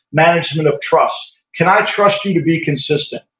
management of trust. can i trust you to be consistent?